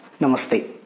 Namaste